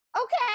okay